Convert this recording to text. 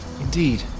Indeed